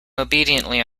obediently